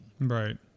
Right